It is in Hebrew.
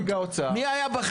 הוא לא יכול לומר מי היה בחדר?